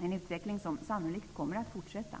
en utveckling som sannolikt kommer att fortsätta.